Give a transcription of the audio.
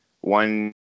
one